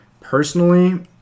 Personally